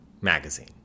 magazine